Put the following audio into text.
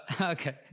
okay